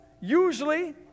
usually